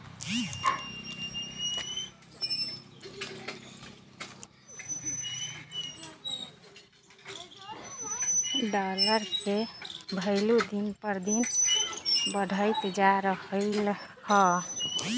dollar के भइलु दिन पर दिन बढ़इते जा रहलई ह